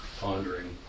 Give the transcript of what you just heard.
pondering